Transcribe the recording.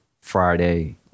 Friday